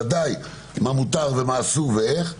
ודאי מה מותר ומה אסור ואיך,